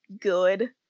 good